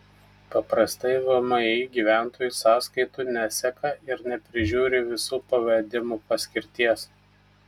paprastai vmi gyventojų sąskaitų neseka ir neprižiūri visų pavedimų paskirties